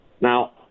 now